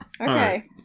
Okay